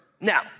Now